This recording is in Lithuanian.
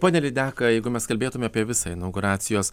pone lydeka jeigu mes kalbėtume apie visą inauguracijos